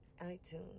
iTunes